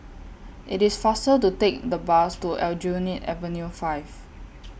IT IS faster to Take The Bus to Aljunied Avenue five